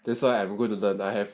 that's why I am going to that I have